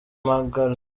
magaly